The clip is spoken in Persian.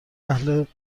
اهل